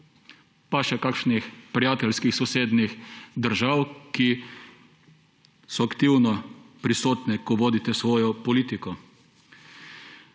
pa še kakšnih prijateljskih, sosednjih držav, ki so aktivno prisotne, ko vodite svojo politiko.